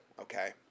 okay